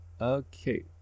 Okay